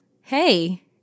Hey